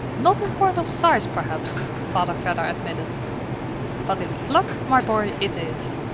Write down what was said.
not in point of size, perhaps, father vedder admitted but in pluck, my boy, it is!